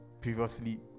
Previously